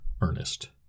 Ernest